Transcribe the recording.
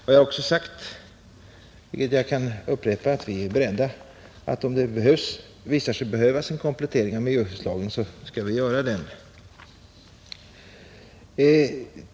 Jag har också sagt, och jag kan upprepa det nu, att om det visar sig nödvändigt med en komplettering av miljöskyddslagen, så är vi beredda att göra den.